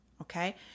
Okay